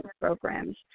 programs